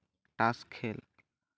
ᱛᱟᱥ ᱠᱷᱮᱞ